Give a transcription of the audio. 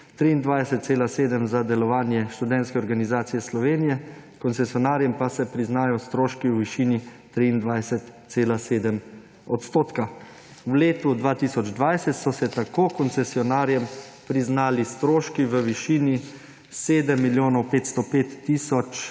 23,7 % za delovanje Študentske organizacije Slovenije, koncesionarjem pa se priznajo stroški v višini 23,7 %. V letu 2020 so se tako koncesionarjem priznali stroški v višini 7 milijonov 505 tisoč